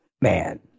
man